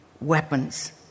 weapons